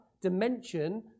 dimension